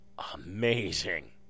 amazing